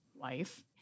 life